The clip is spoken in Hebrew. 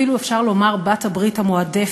אפילו אפשר לומר בעלת-הברית המועדפת: